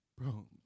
bro